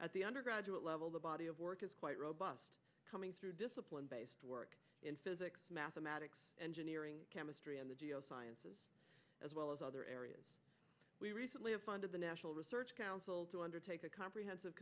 at the undergraduate level the body of work is quite robust coming through discipline based work in physics mathematics engineering chemistry and the geoscience and as well as other areas we recently have funded the national research council to undertake a comprehensive